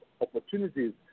opportunities